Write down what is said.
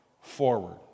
forward